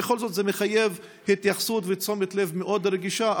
בכל זאת זה מחייב התייחסות ותשומת לב מאוד רגישה,